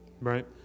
right